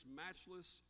matchless